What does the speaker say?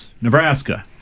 Nebraska